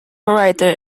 writer